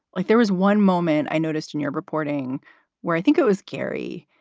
like there was one moment i noticed in your reporting where i think it was kerry,